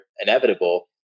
inevitable